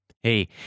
Hey